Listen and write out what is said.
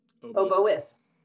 Oboist